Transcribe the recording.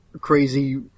crazy